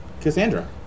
Cassandra